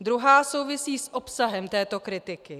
Druhá souvisí s obsahem této kritiky.